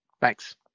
Thanks